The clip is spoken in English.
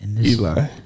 Eli